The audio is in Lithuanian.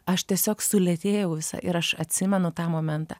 aš tiesiog sulėtėjau visa ir aš atsimenu tą momentą